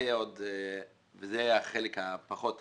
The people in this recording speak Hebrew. זה החלק הפחות חשוב.